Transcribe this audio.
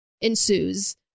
ensues